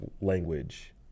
language